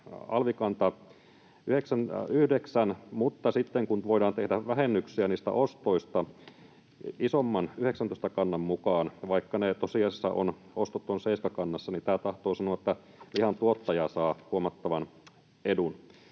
alvikanta 9, mutta sitten, kun voidaan tehdä vähennyksiä niistä ostoista isomman 19-kannan mukaan, vaikka tosiasiassa ne ostot ovat seiskakannassa, niin tämä tahtoo sanoa, että lihan tuottaja saa huomattavan edun.